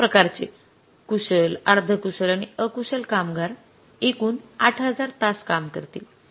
विविध प्रकारचे कुशल अर्धकुशल आणि अकुशल कामगार एकूण ८००० तास काम करतील